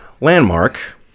landmark